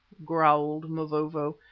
growled mavovo,